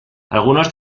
algunos